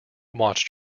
watched